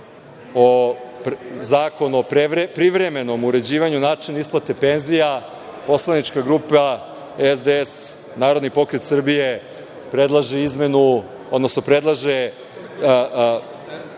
Zakon o privremenom uređivanju načina isplate penzija, poslanička grupa SDS, Narodni pokret Srbije predlaže izmenu, odnosno predlaže